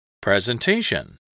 Presentation